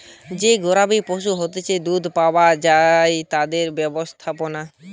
যে গবাদি পশুর হইতে দুধ পাওয়া যায় তাদের ব্যবস্থাপনা